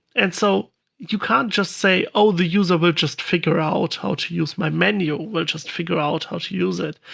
and so you can't just say, oh, the user will just figure out how to use my menu. we'll just figure out how to use it.